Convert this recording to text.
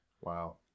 Wow